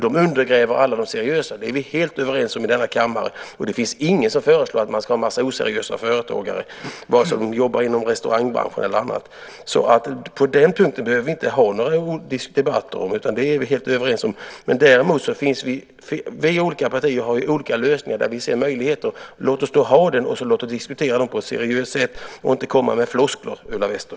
De undergräver alla seriösa företagare, det är vi i denna kammare helt överens om. Det finns ingen som vill att det ska finnas en massa oseriösa företagare, vare sig de jobbar inom restaurangbranschen eller inom någon annan bransch. Den punkten behöver vi inte ha någon diskussion om. Där är vi helt överens. Däremot har vi olika partier olika lösningar. Låt oss då ha det och diskutera dem på ett seriöst sätt och inte komma med floskler, Ulla Wester.